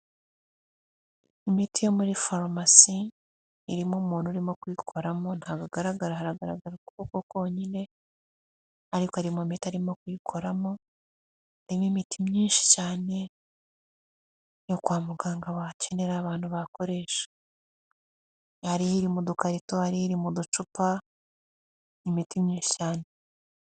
Imiti yo muri farumasi irimo umuntu urimo kuyikoramo ntabwo agaragara hagaragara ukuboko konyine ariko harimo imiti arimo kuyikoramo, harimo imiti myinshi cyane yo kwa muganga bakenera abantu bayakoresha, hari iri mu gukarito, hari iri mu ducupa, ni imiti myinshi cyane.